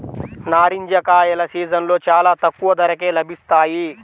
నారింజ కాయల సీజన్లో చాలా తక్కువ ధరకే లభిస్తాయి